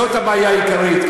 זאת הבעיה העיקרית.